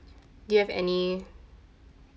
do you have any